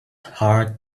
hard